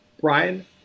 Brian